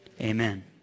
Amen